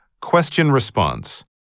Question-Response